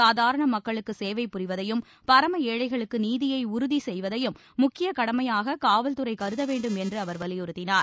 சாதாரண மக்களுக்கு சேவை புரிவதையும் பரம ஏழைகளுக்கு நீதியை உறுதி செய்வதையும் முக்கிய கடமையாக காவல்துறை கருத வேண்டும் என்று அவர் வலியுறுத்தினார்